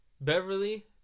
Beverly